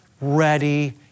ready